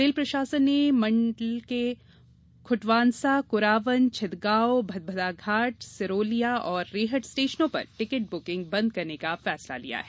rail प्रशासन ने मंडल के खुटवांसा कुरावन छिदगांव भदभदा घाट सिरोलिया और रेहट स्टेशनों पर टिकट बुकिंग बंद करने का फैसला लिया है